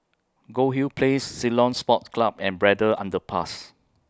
Goldhill Place Ceylon Sports Club and Braddell Underpass